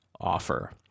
offer